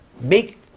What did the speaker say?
make